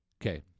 Okay